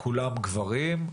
כולם גברים.